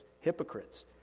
hypocrites